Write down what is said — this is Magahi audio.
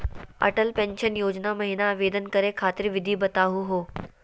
अटल पेंसन योजना महिना आवेदन करै खातिर विधि बताहु हो?